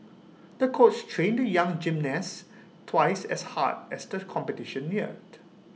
the coach trained the young gymnast twice as hard as the competition neared